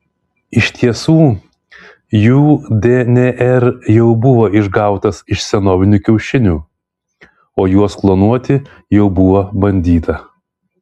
iš tiesų jų dnr jau buvo išgautas iš senovinių kiaušinių o juos klonuoti jau buvo bandyta